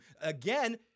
again